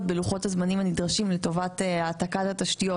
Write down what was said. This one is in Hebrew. בלוחות הזמנים הנדרשים לטובת העתקת התשתיות,